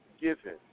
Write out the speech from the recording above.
given